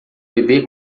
bebê